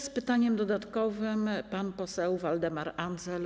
Z pytaniem dodatkowym pan poseł Waldemar Andzel.